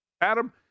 Adam